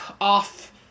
off